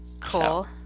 Cool